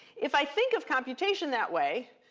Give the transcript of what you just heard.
if i think of computation that way,